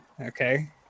Okay